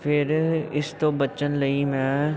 ਫਿਰ ਇਸ ਤੋਂ ਬਚਣ ਲਈ ਮੈਂ